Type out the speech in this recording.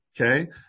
okay